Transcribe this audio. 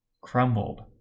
crumbled